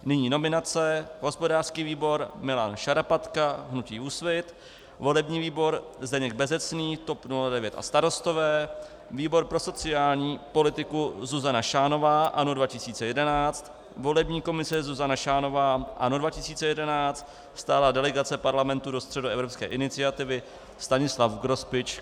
Nyní nominace: hospodářský výbor Milan Šarapatka hnutí Úsvit, volební výbor Zdeněk Bezecný TOP 09 a Starostové, výbor pro sociální politiku Zuzana Šánová ANO 2011, volební komise Zuzana Šánová ANO 2011, stálá delegace Parlamentu do Středoevropské iniciativy Stanislav Grospič KSČM.